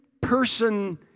person